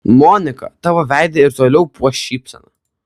monika tavo veidą ir toliau puoš šypsena